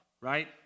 right